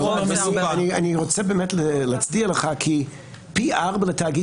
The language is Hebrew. הרוב זה -- אני רוצה להצדיע לך כי פי ארבע לתאגיד